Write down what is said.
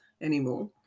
anymore